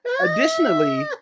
Additionally